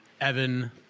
Evan